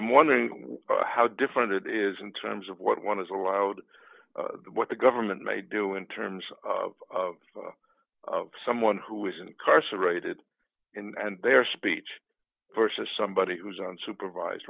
i'm wondering how different it is in terms of what one is allowed what the government may do in terms of someone who is incarcerated and their speech versus somebody who's on supervised